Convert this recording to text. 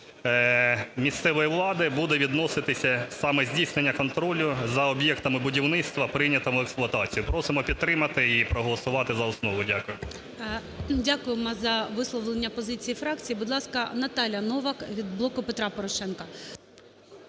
місцевої влади буде відноситися саме здійснення контролю за об'єктами будівництва, прийнятими в експлуатацію. Просимо підтримати і проголосувати за основу. Дякую. ГОЛОВУЮЧИЙ. Дякуємо за висловлення позиції фракції. Будь ласка, Наталія Новак від "Блоку Петра Порошенка".